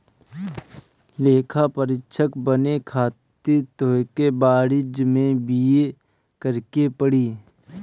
लेखापरीक्षक बने खातिर तोहके वाणिज्यि में बी.ए करेके पड़ी